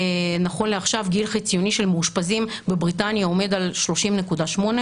נכון לעכשיו גיל חציוני של מאושפזים בבריטניה עומד על 30.8,